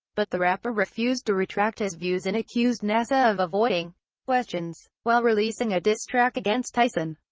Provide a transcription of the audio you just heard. but the rapper refused to retract his views and accused nasa of avoiding questions, while releasing a diss track against tyson.